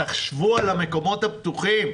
תחשבו על המקומות הפתוחים.